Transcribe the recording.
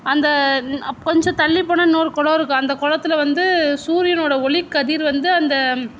அந்த ன் அப் கொஞ்சம் தள்ளிப்போனால் இன்னொரு குளம் இருக்குது அந்த குளத்துல வந்து சூரியனோடய ஒளிக்கதிர் வந்து அந்த